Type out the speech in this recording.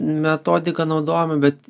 metodiką naudojame bet